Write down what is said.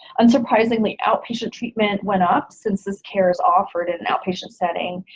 unsurprisingly outpatient treatment went up, since this care is offered in an outpatient setting,